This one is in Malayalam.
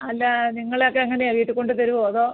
അല്ല നിങ്ങളൊക്കെങ്ങനെയാണ് വീട്ടിൽ കൊണ്ട് തരുവോ അതോ